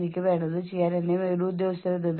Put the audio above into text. role വൈരുദ്ധ്യം ഇത് മറ്റൊരു വളരെ പ്രധാനപ്പെട്ട ഘടകമാണ്